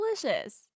delicious